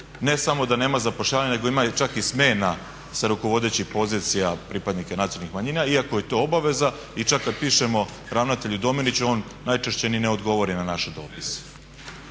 Ne samo da nema zapošljavanja nego ima i čak smjena sa rukovodećih pozicija pripadnika nacionalnih manjina iako je to obaveza i čak kada pišemo ravnatelju Dominiću on najčešće ni ne odgovori na naše dopise.